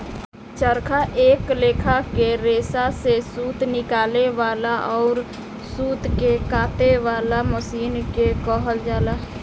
चरखा एक लेखा के रेसा से सूत निकाले वाला अउर सूत के काते वाला मशीन के कहल जाला